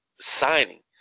signing